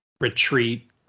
retreat